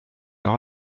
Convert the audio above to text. leur